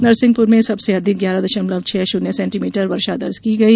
नरसिंहपुर में सबसे अधिक ग्यारह दशमलव छह शून्य सेंटीमीटर वर्षा दर्ज की गई